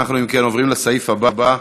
אם כן, נעבור לסעיף הבא: